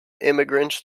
immigrants